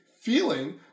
feeling